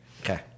Okay